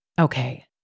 Okay